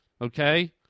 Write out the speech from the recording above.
Okay